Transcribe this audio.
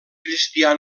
cristià